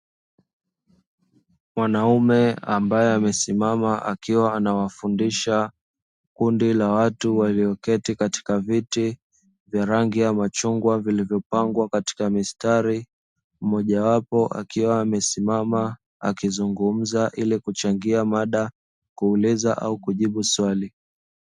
Mwanaume ambae amesimama akiwa anawafundisha kundi la watu wakiwa wameketi katika viti vya rangi ya chungwa huku mmoja wao akiwa amesimama kuchangia mada, kuuliza au kujibu swali.